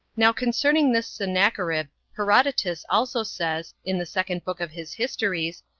now concerning this sennacherib, herodotus also says, in the second book of his histories,